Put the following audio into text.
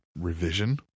revision